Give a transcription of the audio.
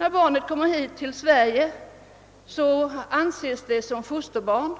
Då barnet kommer hit till Sverige anses det som fosterbarn